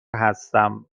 هستم